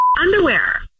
underwear